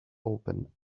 open